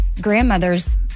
Grandmother's